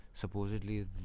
supposedly